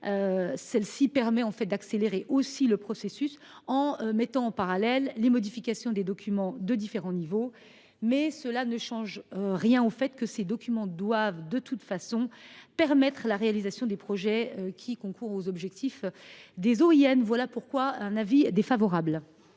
elle aussi, d’accélérer le processus, en mettant en parallèle les modifications des documents de différents niveaux. Cela ne change rien au fait que ces documents doivent, de toute façon, permettre la réalisation des projets concourant aux objectifs des OIN. Voilà pourquoi la commission